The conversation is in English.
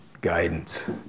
guidance